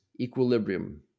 equilibrium